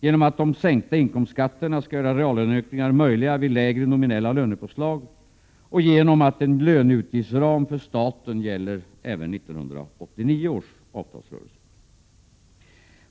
genom att de sänkta inkomstskatterna skall göra reallöneökningar möjliga vid lägre nominella lönepåslag och genom att en löneutgiftsram för staten gäller även 1989 års avtalsrörelse. 3.